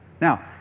Now